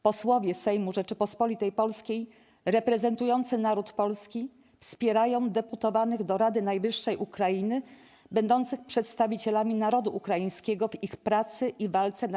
Posłowie Sejmu Rzeczypospolitej Polskiej, reprezentujący naród polski, wspierają deputowanych do Rady Najwyższej Ukrainy, będących przedstawicielami narodu ukraińskiego, w ich pracy i walce na